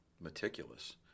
meticulous